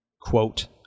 quote